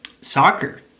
soccer